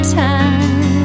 time